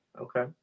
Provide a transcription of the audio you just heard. Okay